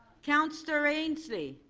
counselor ainslie,